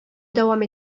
дәвам